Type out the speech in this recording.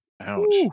Ouch